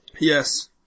Yes